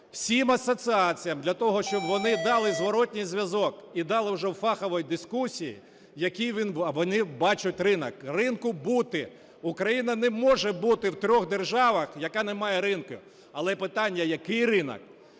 всім асоціаціям для того, щоб вони дали зворотній зв'язок і дали вже у фаховій дискусії, який вони бачать ринок. Ринку бути. Україна не може бути в трьох державах, яка не має ринку. Але питання – який ринок?